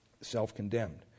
self-condemned